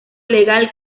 legal